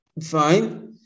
Fine